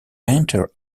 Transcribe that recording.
painter